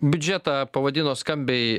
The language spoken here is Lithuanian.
biudžetą pavadino skambiai